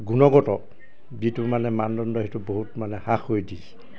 গুণগত যিটো মানে মানদণ্ড সেইটো বহুত মানে হ্ৰাস কৰি দিছে